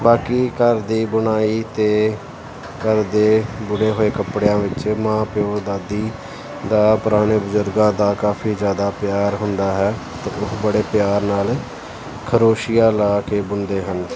ਬਾਕੀ ਘਰ ਦੀ ਬੁਣਾਈ ਅਤੇ ਘਰ ਦੇ ਬੁਣੇ ਹੋਏ ਕੱਪੜਿਆਂ ਵਿੱਚ ਮਾਂ ਪਿਓ ਦਾਦੀ ਦਾ ਪੁਰਾਣੇ ਬਜ਼ੁਰਗਾਂ ਦਾ ਕਾਫੀ ਜ਼ਿਆਦਾ ਪਿਆਰ ਹੁੰਦਾ ਹੈ ਅਤੇ ਉਹ ਬੜੇ ਪਿਆਰ ਨਾਲ ਖਰੋਸ਼ੀਆ ਲਾ ਕੇ ਬੁਣਦੇ ਹਨ